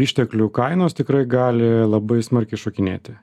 išteklių kainos tikrai gali labai smarkiai šokinėti